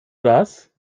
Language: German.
das